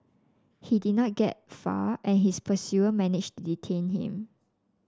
he did not get far and his pursue managed to detain him